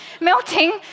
melting